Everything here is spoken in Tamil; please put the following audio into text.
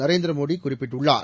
நரேந்திர மோடி குறிப்பிட்டுள்ளார்